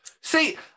See